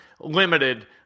limited